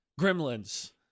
Gremlins